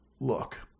look